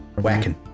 Whacking